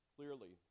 Clearly